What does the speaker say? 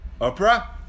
opera